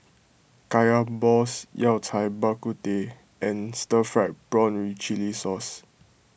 Kaya Balls Yao Cai Bak Kut Teh and Stir Fried Prawn with Chili Sauce